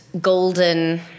golden